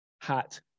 hat